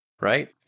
right